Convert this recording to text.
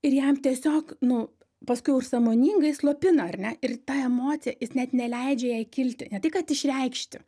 ir jam tiesiog nu paskui jau sąmoningai slopina ar ne ir ta emocija jis net neleidžia jai kilti ne tai kad išreikšti